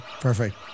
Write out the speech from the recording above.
Perfect